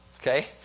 Okay